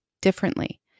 differently